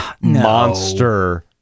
monster